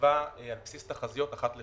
שנקבע על בסיס תחזיות אחת לשנה.